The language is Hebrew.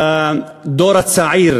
לדור הצעיר